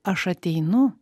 aš ateinu